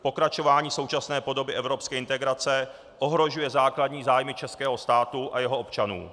Pokračování současné podoby evropské integrace ohrožuje základní zájmy českého státu a jeho občanů.